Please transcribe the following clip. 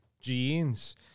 jeans